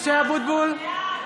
(קוראת בשמות חברי הכנסת) משה אבוטבול,